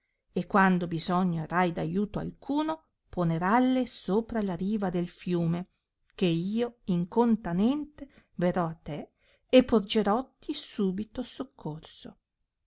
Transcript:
e quando bisogno arrai d aiuto alcuno poneralle sopra la riva del fiume che io incontanente verrò a te e porgerotti subito soccorso